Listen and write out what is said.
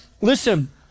listen